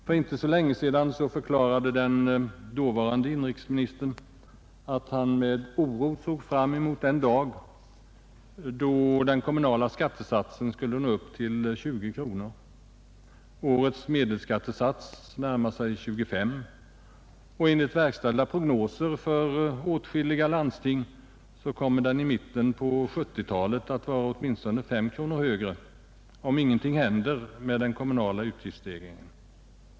För inte så länge sedan förklarade dåvarande inrikesministern att han med oro såg fram mot den dag då den kommunala skattesatsen skulle nå upp till 20 kronor. Årets medelskattesats närmar sig 25. Enligt verkställda prognoser för åtskilliga landsting kommer den i mitten av 1970-talet att vara åtminstone 5 kronor högre, om ingenting händer med den kommunala utgiftsstegringen.